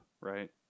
right